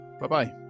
Bye-bye